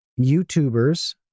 YouTubers